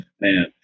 Man